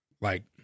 Like-